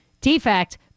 defect